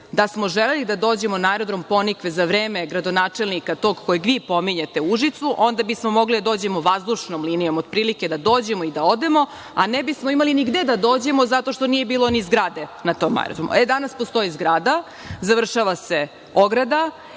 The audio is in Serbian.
da smo želeli da dođemo na Aerodrom „Ponikve“ u vreme gradonačelnika tog kojeg vi pominjete u Užicu, onda bismo mogli da dođemo vazdušnom linijom otprilike da dođemo i da odemo, a ne bismo mogli ni gde da dođemo zato što nije bilo ni zgrade na tom aerodromu. Danas postoji zgrada, završava se ograda